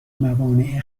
موانع